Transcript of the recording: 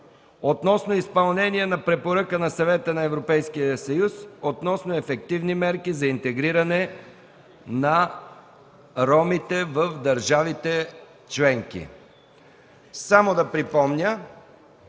относно изпълнение на Препоръка на Съвета на Европейския съюз относно ефективни мерки за интегриране на ромите в държавите членки. Само да припомня: